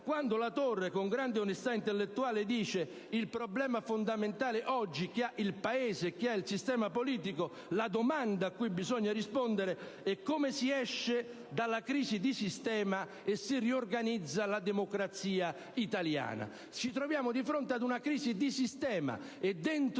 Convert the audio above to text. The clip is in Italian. affermato, con grande onestà intellettuale, che oggi il problema fondamentale del Paese e del sistema politico, la domanda cui bisogna rispondere, è come si esce dalla crisi di sistema e si riorganizza la democrazia italiana. Ci troviamo di fronte a una crisi di sistema, e